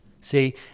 See